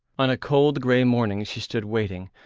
on a cold grey morning she stood waiting,